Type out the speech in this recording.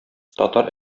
татар